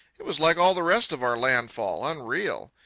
it was like all the rest of our landfall, unreal.